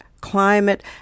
climate